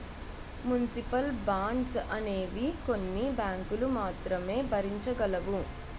municipal bonds అనేవి కొన్ని బ్యాంకులు మాత్రమే భరించగలవు